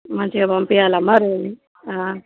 మంచిగా పంపించాలమ్మా రోజు